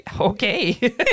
Okay